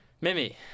Mimi